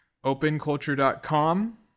OpenCulture.com